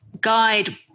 guide